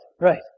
Right